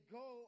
go